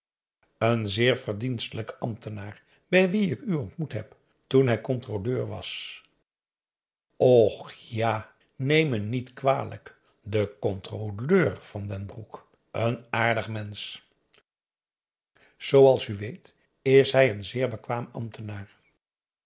een zeer verdienstelijk ambtenaar bij wien ik u ontmoet heb toen hij controleur was och ja neem me niet kwalijk de controleur van den broek n aardig mensch zooals u weet is hij een zeer bekwaam ambtenaar